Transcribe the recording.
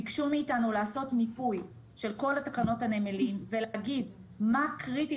ביקשו מאיתנו לעשות מיפוי של כל תקנות הנמלים ולהגיד מה קריטי